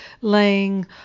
laying